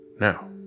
Now